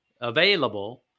available